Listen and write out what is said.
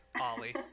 Ollie